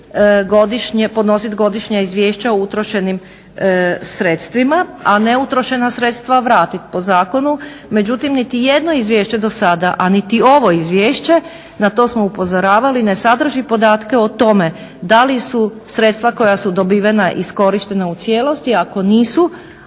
godišnje, podnositi godišnja izvješća o utrošenim sredstvima, a ne utrošena sredstva vratiti po zakonu. Međutim, niti jedno izvješće do sada a niti ovo Izvješće na to smo upozoravali ne sadrži podatke o tome da li su sredstva koja su dobivena iskorištena u cijelosti, ako nisu